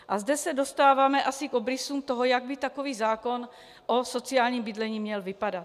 A zde se dostáváme asi k obrysům toho, jak by takový zákon o sociálním bydlení měl vypadat.